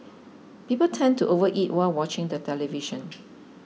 people tend to overeat while watching the television